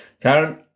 Karen